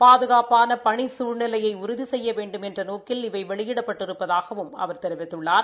பாதுகாப்பாள பணி சூழ்நிலையை உறுதி செய்ய வேண்டுமென்ற நோக்கில் இவை வெளியிடப்பட்டிருப்பதாகவும் அவர் தெரிவித்துள்ளார்